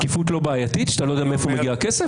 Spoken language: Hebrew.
שקיפות לא בעייתית כשאתה לא יודע מאיפה הכסף?